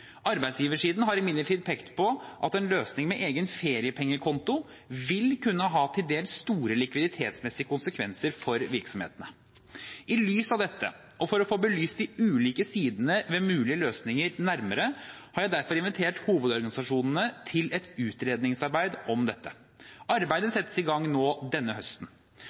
Arbeidsgiversiden har imidlertid pekt på at en løsning med en egen feriepengekonto vil kunne ha til dels store likviditetsmessige konsekvenser for virksomhetene. I lys av dette, og for å få belyst de ulike sidene ved mulige løsninger nærmere, har jeg derfor invitert hovedorganisasjonene til et utredningsarbeid om dette. Arbeidet settes i gang denne høsten.